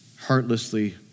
heartlessly